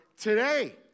today